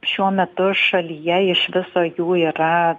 šiuo metu šalyje iš viso jų yra